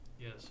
Yes